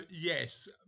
yes